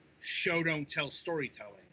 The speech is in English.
show-don't-tell-storytelling